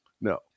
No